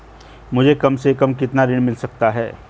मुझे कम से कम कितना ऋण मिल सकता है?